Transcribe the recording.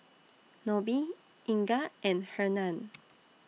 Nobie Inga and Hernan